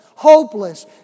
hopeless